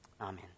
Amen